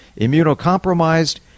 immunocompromised